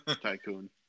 tycoon